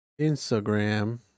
instagram